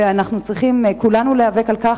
וכולנו צריכים להיאבק על כך,